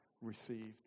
received